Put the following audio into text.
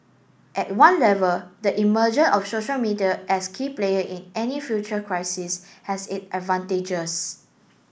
at one level the emergence of social media as key player in any future crisis has it advantages